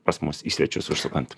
pas mus į svečius užsukant